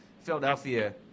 Philadelphia